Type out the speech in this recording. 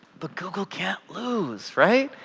but google can't lose, right?